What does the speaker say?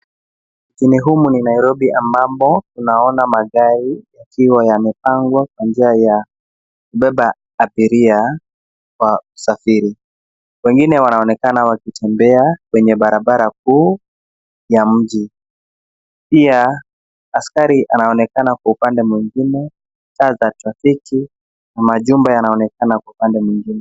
Mjini humu ni Nairobi ambamo tunaona magari yakiwa yamepangwa kwa njia ya kubeba abiria kwa usafiri. Wengine wanaonekana wakitembea kwenye barabara kuu ya mji. Pia askari anaonekana kwa upande mwingine. Taa za trafiki na majumba yanaonekana upande mwingine.